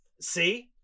See